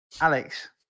Alex